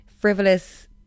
Frivolous